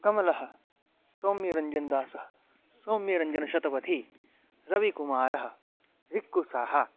कमलः सौम्यरञ्जनदासः सौम्यरञ्जनशतपथी रविकुमारः रिक्कुसाहा